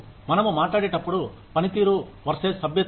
మనము మాట్లాడేటప్పుడు పనితీరు వర్సెస్ సభ్యత్వం